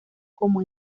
como